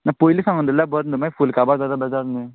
ना पयलीं सागूंन दवरल्यार बरें न्हू मागरी फुलां काबार जाल्यार बेजार न्हू